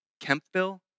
Kempville